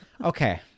okay